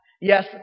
Yes